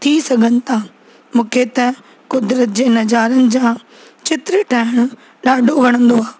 थी सघनि था मूंखे त कुदरत जे नज़ारनि जा चित्र ठाहिणु ॾाढो वणंदो आहे